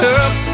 up